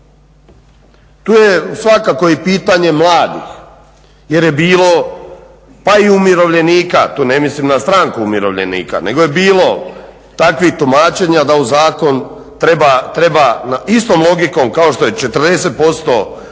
Tu je svakako i pitanje mladih jer je bilo pa i umirovljenika, tu ne mislim na stranku umirovljenika, nego je bilo takvih tumačenja da u zakon treba istom logikom kao što je 40% pripadnosti